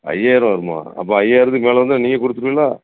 ஐயாயிரம் ரூபா வருமா அப்போ ஐயாயிரத்துக்கு மேலே வந்தால் நீங்கள் கொடுத்துருவீகளா